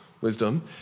wisdom